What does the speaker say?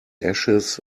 ashes